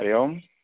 हरिः ओम्